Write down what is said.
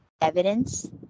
Evidence